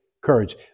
courage